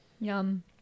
Yum